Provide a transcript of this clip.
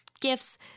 gifts